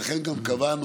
ולכן גם קבענו,